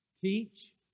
teach